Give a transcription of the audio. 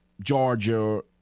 Georgia